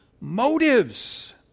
motives